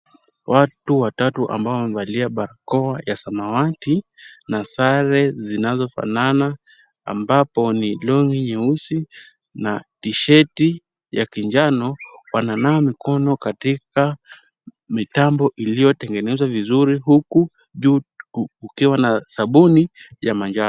Watu watatu ambao wamevalia barakoa ya samawati na sare zinazofanana ambapo ni long'i nyeusi na tishati ya kinjano. Wananawa mikono katika mitambo iliyotengenezwa vizuri huku juu kukiwa na sabuni ya manjano.